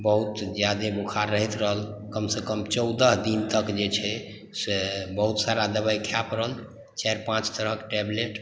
बहुत ज्यादे बुख़ार रहैत रहल कमसे कम चौदह दिन तक जे छै से बहुत सारा दबाइ खाय परल चारि पाँच तरहक टैबलेट